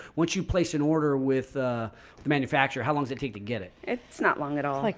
once you place an order with ah the manufacturer? how long does it take to get it? it's not long at all, like,